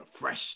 fresh